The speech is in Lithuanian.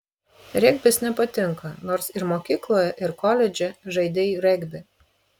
regbis nepatinka nors ir mokykloje ir koledže žaidei regbį